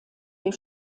der